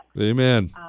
amen